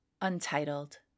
Untitled